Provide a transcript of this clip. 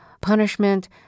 punishment